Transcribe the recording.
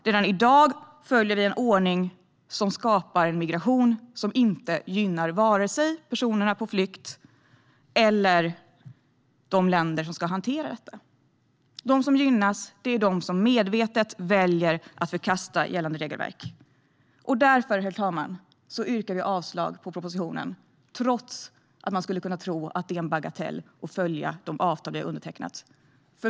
Redan i dag följer vi en ordning som skapar migration och som inte gynnar vare sig personerna på flykt eller de länder som ska hantera detta. De som gynnas är de som medvetet väljer att förkasta gällande regelverk. Därför, herr talman, yrkar vi avslag på propositionen, trots att man skulle kunna tro att det är en bagatell att följa de avtal som vi har undertecknat.